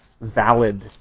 valid